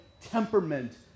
temperament